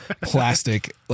plastic